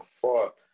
fought